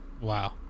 Wow